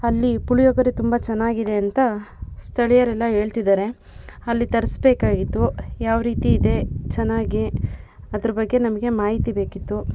ಅಲ್ಲಿ ಪುಳಿಯೊಗರೆ ತುಂಬ ಚೆನ್ನಾಗಿದೆ ಅಂತ ಸ್ಥಳೀಯರೆಲ್ಲ ಹೇಳ್ತಿದಾರೆ ಅಲ್ಲಿ ತರಿಸ್ಬೇಕಾಗಿತ್ತು ಯಾವ ರೀತಿ ಇದೆ ಚೆನ್ನಾಗಿ ಅದ್ರ ಬಗ್ಗೆ ನಮಗೆ ಮಾಹಿತಿ ಬೇಕಿತ್ತು